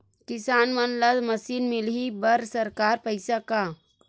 किसान मन ला मशीन मिलही बर सरकार पईसा का?